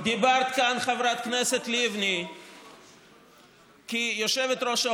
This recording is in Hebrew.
אבל פגיעה שהיא מוצדקת כי בשביל זה